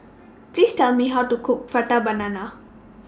Please Tell Me How to Cook Prata Banana